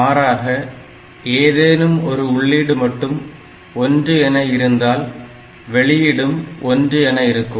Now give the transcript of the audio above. மாறாக ஏதேனும் ஒரு உள்ளீடு மட்டும் 1 என இருந்தால் வெளியீடும் 1 என இருக்கும்